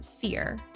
fear